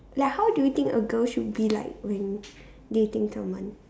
like how do you think a girl should be like when dating someone